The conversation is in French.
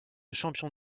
champion